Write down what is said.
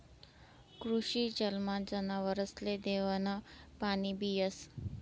कृषी जलमा जनावरसले देवानं पाणीबी येस